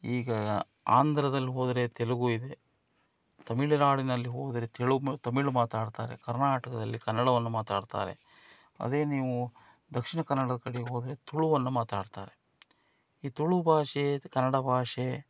ಈಗ ಆಂಧ್ರದಲ್ಲಿ ಹೋದ್ರೆ ತೆಲುಗು ಇದೆ ತಮಿಳ್ ನಾಡಿನಲ್ಲಿ ಹೋದರೆ ತೆಲುಗ್ ತಮಿಳ್ ಮಾತಾಡ್ತಾರೆ ಕರ್ನಾಟಕದಲ್ಲಿ ಕನ್ನಡವನ್ನು ಮಾತಾಡ್ತಾರೆ ಅದೇ ನೀವು ದಕ್ಷಿಣ ಕನ್ನಡದ ಕಡೆ ಹೋದ್ರೆ ತುಳುವನ್ನು ಮಾತಾಡ್ತಾರೆ ಈ ತುಳು ಭಾಷೆ ಕನ್ನಡ ಭಾಷೆ